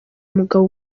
umugabo